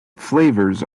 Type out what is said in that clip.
flavors